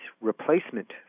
replacement